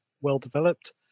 well-developed